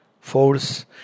force